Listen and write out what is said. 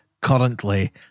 currently